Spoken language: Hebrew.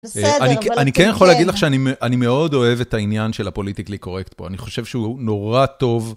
אני כן יכול להגיד לך שאני מאוד אוהב את העניין של ה-politically correct פה, אני חושב שהוא נורא טוב.